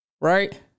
right